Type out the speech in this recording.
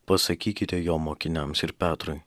pasakykite jo mokiniams ir petrui